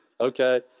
okay